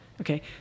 Okay